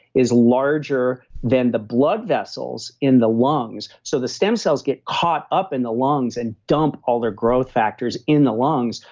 is larger than the blood vessels in the lungs. so the stem cells get caught up in the lungs and dump all their growth factors in the lungs,